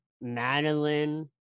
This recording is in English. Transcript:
Madeline